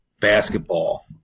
basketball